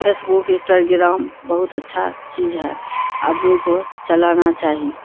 face بک Instagram بہت اچھا چیز ہے آدمی کو چلانا چاہی